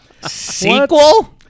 Sequel